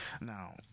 Now